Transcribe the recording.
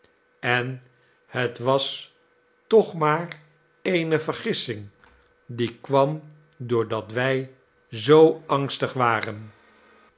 en het was toch maar eene vergissing die kwam doordat wij zoo angstig waren